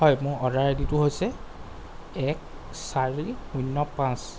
হয় মোৰ order I ডিটো হৈছে এক চাৰি শূন্য পাঁচ